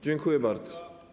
Dziękuję bardzo.